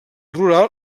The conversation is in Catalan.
rural